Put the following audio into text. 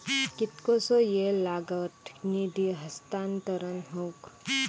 कितकोसो वेळ लागत निधी हस्तांतरण हौक?